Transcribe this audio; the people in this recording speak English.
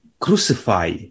crucify